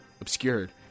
obscured